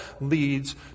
leads